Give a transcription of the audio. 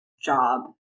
job